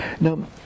Now